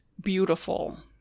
beautiful